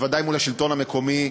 בוודאי מול השלטון המקומי.